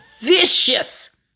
vicious